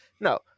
no –